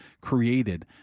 created